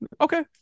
okay